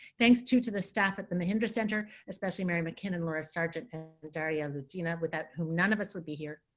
thanks to to the staff at the mahindra center, especially mary mckinnon and laura sargent and daria lugina, without whom none of us would be here.